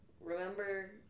Remember